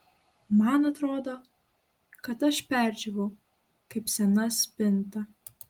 man atrodo kad aš perdžiūvau kaip sena spinta